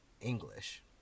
English